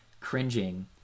cringing